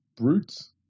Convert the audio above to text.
Brutes